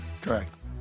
Correct